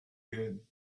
good